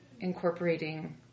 incorporating